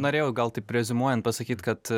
norėjau gal taip reziumuojant pasakyt kad